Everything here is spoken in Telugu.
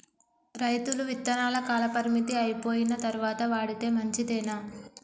రైతులు విత్తనాల కాలపరిమితి అయిపోయిన తరువాత వాడితే మంచిదేనా?